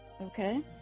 Okay